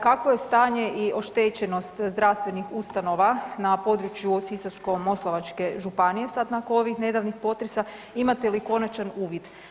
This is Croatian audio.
Kakvo je stanje i oštećenost zdravstvenih ustanova na području Sisačko-moslavačke županije sad nakon ovih nedavnih potresa, imate li konačan uvid?